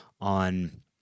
on